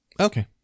Okay